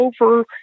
over